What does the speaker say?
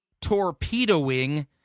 torpedoing